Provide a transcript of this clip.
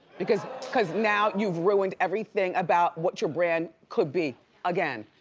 because because now you've ruined everything about what your brand could be again.